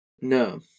No